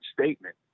statement